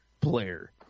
player